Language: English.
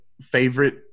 favorite